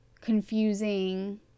confusing